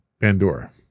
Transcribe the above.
Pandora